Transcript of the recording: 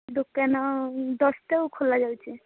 ଦୋକାନ ଦଶଟାକୁ ଖୋଲା ଯାଉଛି